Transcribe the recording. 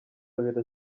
abiri